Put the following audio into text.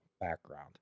background